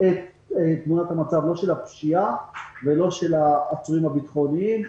את תמונת הפשיעה ואת תמונת העצורים הביטחוניים.